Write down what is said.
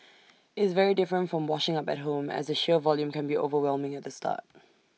it's very different from washing up at home as the sheer volume can be overwhelming at the start